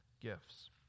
gifts